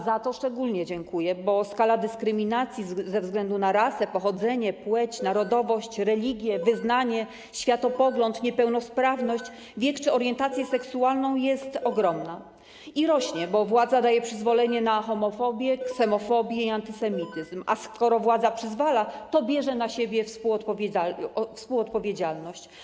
Za to szczególnie dziękuję, bo skala dyskryminacji ze względu na rasę, pochodzenie, płeć, narodowość, religię, wyznanie, światopogląd, niepełnosprawność, wiek czy orientację seksualną jest ogromna i rośnie, bo władza daje przyzwolenie na homofobię, ksenofobię i antysemityzm, a skoro władza na to przyzwala, to bierze na siebie współodpowiedzialność.